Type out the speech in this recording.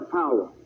power